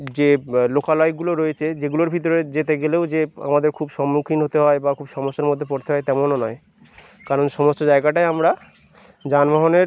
যে লোকালয়গুলো রয়েছে যেগুলোর ভেতরে যেতে গেলেও যে আমাদের খুব সম্মুখীন হতে হয় বা খুব সমস্যার মধ্যে পড়তে হয় তেমনও নয় কারণ সমস্ত জায়গাটাই আমরা যানবাহনের